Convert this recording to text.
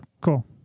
Cool